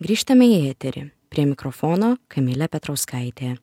grįžtame į eterį prie mikrofono kamilė petrauskaitė